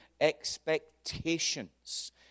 expectations